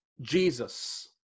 Jesus